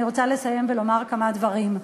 אני רוצה לומר כמה דברים ולסיים.